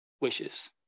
wishes